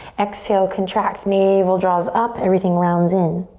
exhale, contract, navel draws up, everything rounds in.